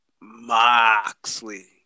Moxley